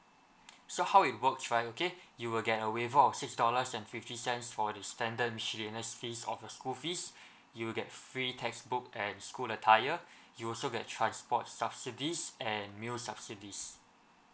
so how it works right okay you will get a waiver of six dollars and fifty cents for the standard miscellaneous fees of the school fees you will get free textbook and school attire you also transport subsidies and meal subsidies